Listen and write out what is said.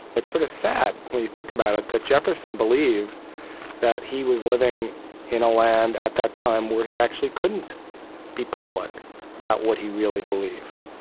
it's sort of sad, when you think about it, that jefferson believed that he was living in a land at that time where he actually couldn't be public about what he really believed